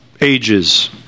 ages